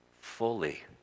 fully